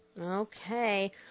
Okay